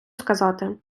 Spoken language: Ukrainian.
сказати